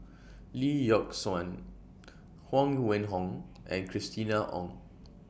Lee Yock Suan Huang Wenhong and Christina Ong